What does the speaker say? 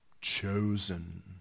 Chosen